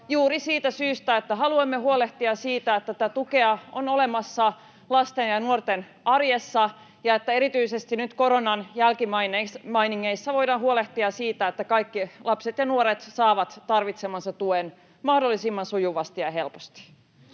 juuri siitä syystä, että haluamme huolehtia siitä, että tätä tukea on olemassa lasten ja nuorten arjessa ja että erityisesti nyt koronan jälkimainingeissa voidaan huolehtia siitä, että kaikki lapset ja nuoret saavat tarvitsemansa tuen mahdollisimman sujuvasti ja helposti.